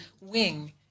wing